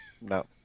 no